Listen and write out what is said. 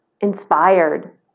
inspired